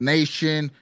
Nation